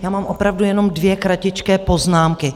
Já mám opravdu jenom dvě kratičké poznámky.